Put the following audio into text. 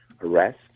arrest